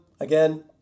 Again